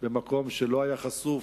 במקום שבו הוא לא היה חשוף,